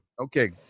okay